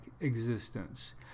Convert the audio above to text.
existence